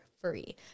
free